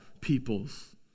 peoples